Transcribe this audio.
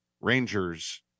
Rangers